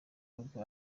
rugo